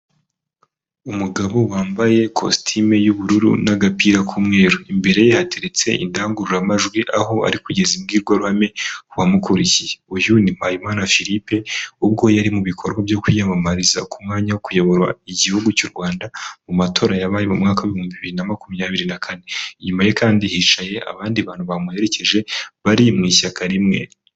Umugabo wambaye kositimu y'ubururu n'agapira k'umweru, imbere ye hateretse indangururamajwi aho ari kugeza imbwirwaruhame ku bamukurikiye, uyu ni Muhayimana Philippe ubwo yari mu bikorwa byo kwiyamamariza ku mwanya wo kuyobora igihugu cy'u Rwanda, mu matora yabaye mu mwaka w'ibihumbi bibiri na makumyabiri na kane, inyuma ye kandi hicaye abandi bantu bamuherekeje bari mu ishyaka rimwe.